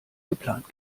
geplant